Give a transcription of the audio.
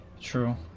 True